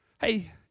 Hey